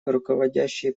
руководящие